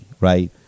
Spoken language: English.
right